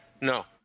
No